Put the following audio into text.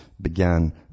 began